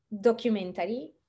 documentary